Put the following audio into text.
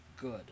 good